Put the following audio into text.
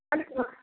अलिक न